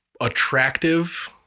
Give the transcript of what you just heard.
attractive